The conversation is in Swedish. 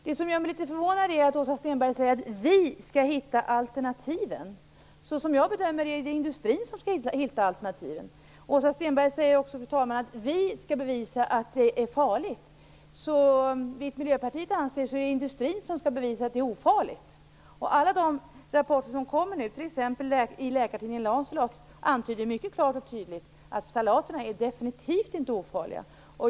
Det som gör mig litet förvånad är att Åsa Stenberg säger att vi skall hitta alternativen. Såsom jag bedömer det är det industrin som skall hitta alternativen. Åsa Stenberg säger också att vi skall bevisa att det är farligt. Miljöpartiet anser att det är industrin som skall bevisa att det är ofarligt. Alla de rapporter som kommer nu, t.ex. i läkartidningen Lancet, antyder mycket klart och tydligt att ftalaterna definitivt inte är ofarliga.